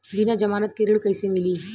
बिना जमानत के ऋण कैसे मिली?